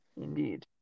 Indeed